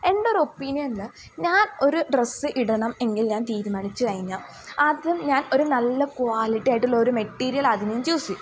എൻറ്റൊരു ഒപ്പീനിയനിൽ ഞാൻ ഒരു ഡ്രസ്സ് ഇടണം എങ്കിൽ ഞാൻ തീരുമാനിച്ചു കഴിഞ്ഞാൽ ആദ്യം ഞാൻ ഒരു നല്ല ക്വാളിറ്റി ആയിട്ടുള്ളൊരു മെറ്റീരിയൽ അത് ഞാൻ ചൂസ് ചെയ്യും